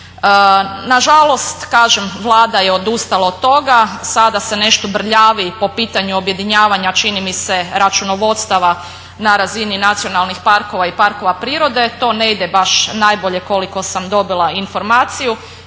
Nažalost kažem Vlada je odustala od toga, sada se nešto brljavi po pitanju objedinjavanja čini mi se računovodstava na razini nacionalnih parkova i parkova prirode, to ne ide baš najbolje koliko sam dobila informaciju